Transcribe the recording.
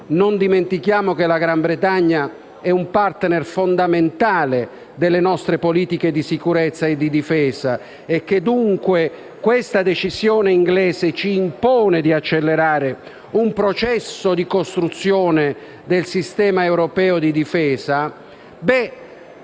Non dimentichiamo che la Gran Bretagna è un *partner* fondamentale delle nostre politiche di sicurezza e di difesa e che dunque questa decisione inglese ci impone di accelerare un processo di costruzione del sistema europeo di difesa.